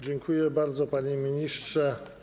Dziękuję bardzo, panie ministrze.